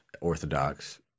Orthodox